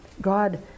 God